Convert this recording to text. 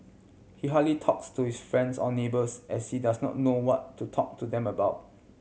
he hardly talks to his friends or neighbours as she does not know what to talk to them about